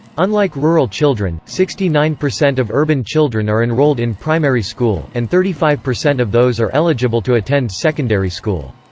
unlike rural children, sixty nine percent of urban children are enrolled in primary school, and thirty five percent of those are eligible to attend secondary school.